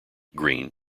green